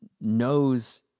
knows